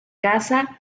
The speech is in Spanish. casa